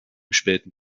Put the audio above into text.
späten